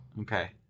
Okay